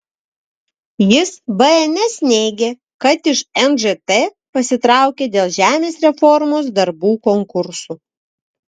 jis bns neigė kad iš nžt pasitraukė dėl žemės reformos darbų konkursų